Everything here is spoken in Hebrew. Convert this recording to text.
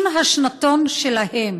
עם השנתון שלהם.